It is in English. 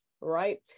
right